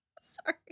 Sorry